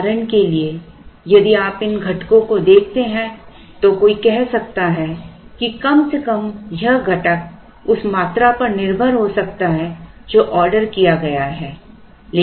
उदाहरण के लिए यदि आप इन घटकों को देखते हैं तो कोई कह सकता है कि कम से कम यह घटक उस मात्रा पर निर्भर हो सकता है जो ऑर्डर किया गया है